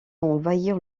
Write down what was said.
envahir